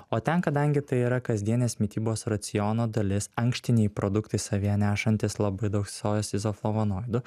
o ten kadangi tai yra kasdienės mitybos raciono dalis ankštiniai produktai savyje nešantys labai daug sojos izoflavonoidų